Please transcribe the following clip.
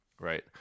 Right